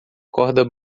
corda